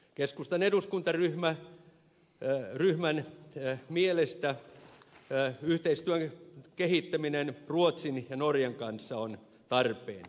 keskustan eduskuntaryhmän mielestä yhteistyön kehittäminen ruotsin ja norjan kanssa on tarpeen